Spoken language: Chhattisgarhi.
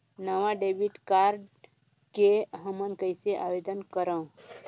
नवा डेबिट कार्ड ले हमन कइसे आवेदन करंव?